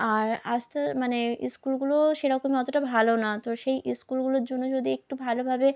আর আজ তো মানে স্কুলগুলোও সেরকমই অতটা ভালো না তো সেই স্কুলগুলোর জন্য যদি একটু ভালোভাবে